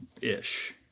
ish